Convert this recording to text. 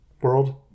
world